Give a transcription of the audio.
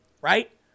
Right